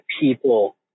people